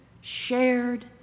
shared